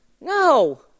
No